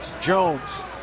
Jones